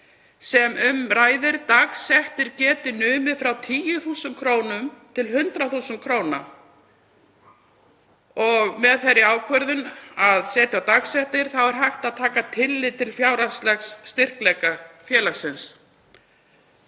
sem um ræðir, að dagsektir geti numið frá 10.000 kr. til 100.000 kr. Með þeirri ákvörðun að setja á dagsektir er hægt að taka tillit til fjárhagslegs styrkleika félagsins.